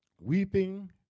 weeping